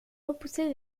repousser